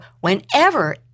whenever